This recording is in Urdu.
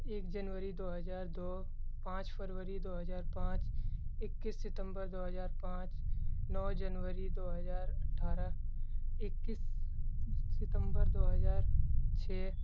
ایک جنوری دو ہزار دو پانچ فروری دو ہزار پانچ اکیس ستمبر دو ہزار پانچ نو جنوری دو ہزار اٹھارہ اکیس ستمبر دو ہزار چھ